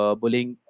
bullying